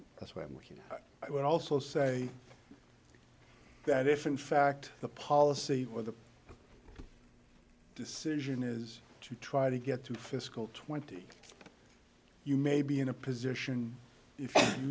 that's why i'm working i would also say that if in fact the policy or the decision is to try to get through fiscal twenty you may be in a position if